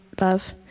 love